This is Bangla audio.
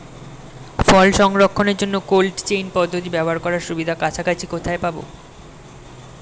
ফল সংরক্ষণের জন্য কোল্ড চেইন পদ্ধতি ব্যবহার করার সুবিধা কাছাকাছি কোথায় পাবো?